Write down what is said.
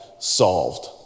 solved